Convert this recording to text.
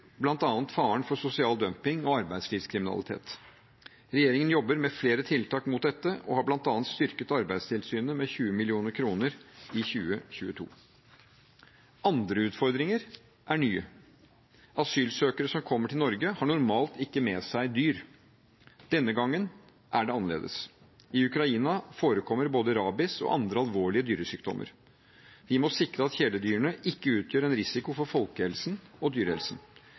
faren for sosial dumping og arbeidslivskriminalitet. Regjeringen jobber med flere tiltak mot dette og har bl.a. styrket Arbeidstilsynet med 20 mill. kr i 2022. Andre utfordringer er nye. Asylsøkere som kommer til Norge, har normalt ikke med seg dyr. Denne gangen er det annerledes. I Ukraina forekommer både rabies og andre alvorlige dyresykdommer. Vi må sikre at kjæledyrene ikke utgjør en risiko for folkehelsen og dyrehelsen.